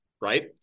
right